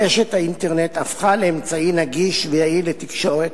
רשת האינטרנט הפכה לאמצעי נגיש ויעיל לתקשורת,